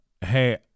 Hey